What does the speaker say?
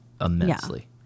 immensely